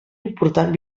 important